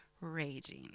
raging